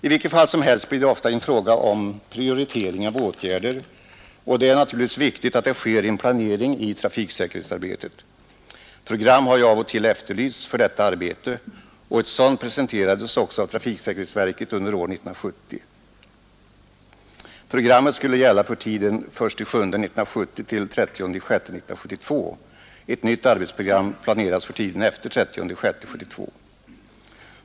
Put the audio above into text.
I vilket fall som helst blir det ofta en fråga om prioritering av åtgärder, och det är naturligtvis viktigt att det sker en planering i trafiksäkerhetsarbetet. Program har ju av och till efterlysts för detta arbete, och ett sådant program presenterades också av trafiksäkerhetsverket under år 1970. Programmet skulle gälla för tiden från den 1 juli 1970 till den 30 juni 1972. Ett nytt arbetsprogram planeras för tiden efter den 30 juni 1972.